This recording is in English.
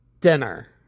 dinner